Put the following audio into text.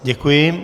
Děkuji.